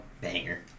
Banger